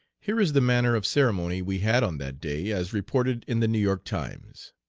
here is the manner of ceremony we had on that day, as reported in the new york times